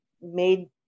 made